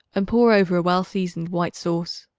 and pour over a well-seasoned white sauce.